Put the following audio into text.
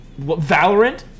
Valorant